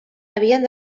havien